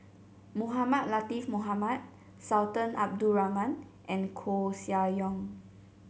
Mohamed Latiff Mohamed Sultan Abdul Rahman and Koeh Sia Yong